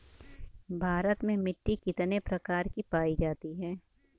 भारत में मिट्टी कितने प्रकार की पाई जाती हैं?